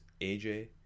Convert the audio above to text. AJ